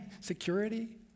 security